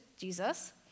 Jesus